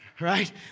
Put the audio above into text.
right